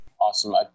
Awesome